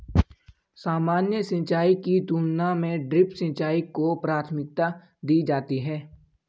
सामान्य सिंचाई की तुलना में ड्रिप सिंचाई को प्राथमिकता दी जाती है